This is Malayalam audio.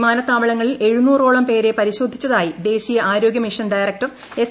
വിമാന്ത്താവളങ്ങളിൽ എഴുന്നൂറോളം പേരെ പരിശോധിച്ചതായി ദേശ്രീയ് ആരോഗ്യ മിഷൻ ഡയറക്ടർ എസ്